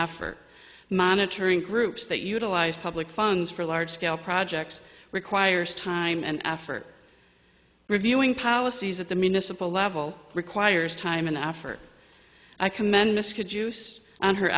effort monitoring groups that utilize public funds for large scale projects requires time and effort reviewing policies at the municipal level requires time and effort i commend this could use on her